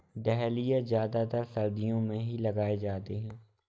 dahlia ज्यादातर सर्दियो मे ही लगाये जाते है